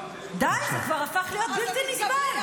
די, זה כבר הפך להיות בלתי נסבל.